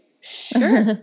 sure